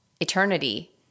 eternity